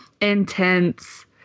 intense